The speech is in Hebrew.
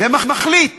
ומחליט